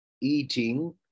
eating